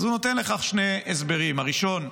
אז הוא נותן לכך שני הסברים: הראשון,